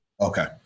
Okay